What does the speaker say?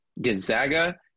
Gonzaga